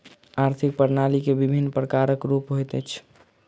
आर्थिक प्रणाली के विभिन्न प्रकारक रूप होइत अछि